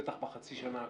בטח בחצי שנה הקרובה,